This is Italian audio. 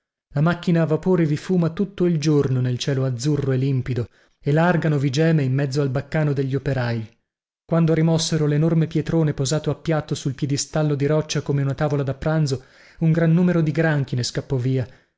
la macchina a vapore vi fuma tutto il giorno nel cielo azzurro e limpido e largano vi geme in mezzo al baccano degli operai quando rimossero lenorme pietrone posato a piatto sul piedistallo di roccia come una tavola da pranzo un gran numero di granchi ne scappò via